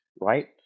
right